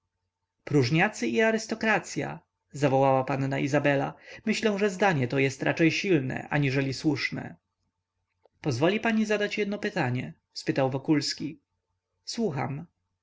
próżniacy i arystokracya zawołała panna izabela myślę że zdanie to jest raczej silne aniżeli słuszne pozwoli mi pani zadać jedno pytanie spytał wokulski słucham